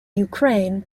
ukraine